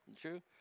True